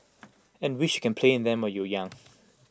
and wish you can play in them when you young